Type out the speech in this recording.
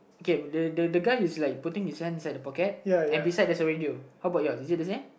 okay but the the guy is like putting his hand inside the pocket and beside there's a radio how about yours is it the same